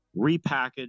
repackage